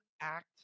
act